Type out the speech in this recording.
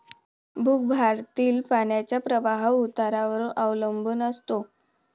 भूगर्भातील पाण्याचा प्रवाह उतारावर अवलंबून असतो